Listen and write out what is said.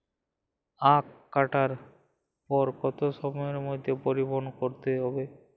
আখ কাটার পর কত সময়ের মধ্যে পরিবহন করতে হবে?